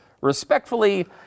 Respectfully